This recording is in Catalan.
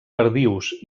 perdius